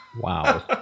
Wow